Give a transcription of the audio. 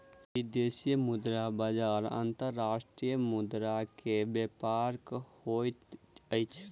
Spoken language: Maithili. विदेशी मुद्रा बजार अंतर्राष्ट्रीय मुद्रा के व्यापार होइत अछि